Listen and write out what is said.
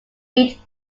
eat